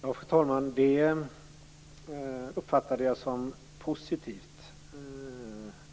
Fru talman! Det uppfattade jag som positivt.